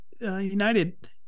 United